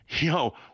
Yo